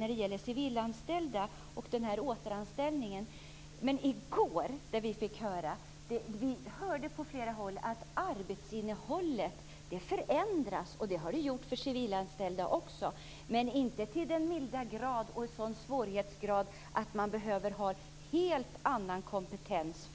om återanställning av civilanställda. Vi fick i går på flera håll höra att arbetsinnehållet har förändrats, även för civilanställda, men inte till en sådan svårighetsgrad att det behövs en helt annan kompetens.